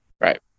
Right